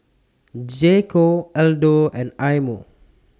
J Co Aldo and Eye Mo